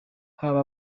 haba